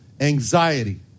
anxiety